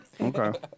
Okay